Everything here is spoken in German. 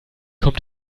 kommt